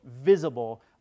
visible